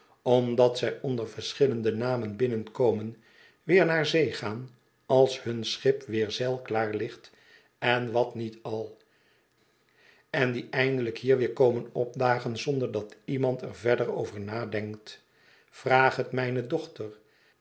omdat zij onder verschillende namen binnenkomen weer naar zee gaan als hun schip weer zeilklaar ligt en wat niet al en die eindelijk hier weer komen opdagen zonder dat iemand er verder over nadenkt vraag het mijne dochter